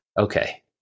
okay